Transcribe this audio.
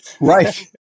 Right